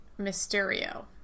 Mysterio